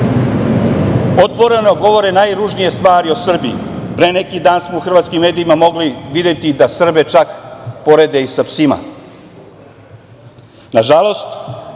otvoreno govore najružnije stvari o Srbiji? Pre neki dan smo u hrvatskim medijima mogli videti da Srbe čak porede i sa